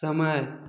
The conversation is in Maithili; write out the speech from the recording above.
समय